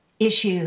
issues